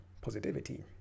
positivity